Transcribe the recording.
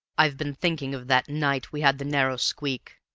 i've been thinking of that night we had the narrow squeak,